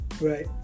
right